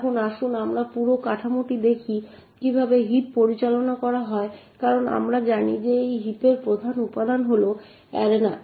এখন আসুন আমরা পুরো কাঠামোটি দেখি কিভাবে হিপটি পরিচালনা করা হয় কারণ আমরা জানি যে হিপের প্রধান উপাদান হল অ্যারেনা